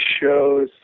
shows